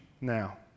now